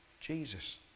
Jesus